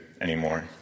anymore